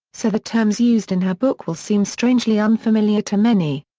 so the terms used in her book will seem strangely unfamiliar to many.